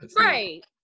Right